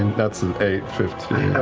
that's an eight, fifteen.